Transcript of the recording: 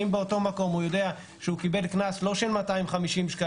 ואם באותו מקום הוא יודע שהוא קיבל קנס לא של 250 שקלים